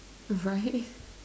right